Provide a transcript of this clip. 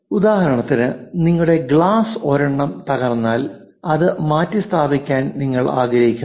ഉദാഹരണത്തിന് നിങ്ങളുടെ ഗ്ലാസ് ഒരെണ്ണം തകർന്നാൽ അത് മാറ്റിസ്ഥാപിക്കാൻ നിങ്ങൾ ആഗ്രഹിക്കുന്നു